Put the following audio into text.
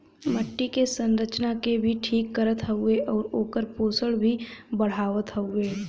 मट्टी क संरचना के भी ठीक करत हउवे आउर ओकर पोषण भी बढ़ावत हउवे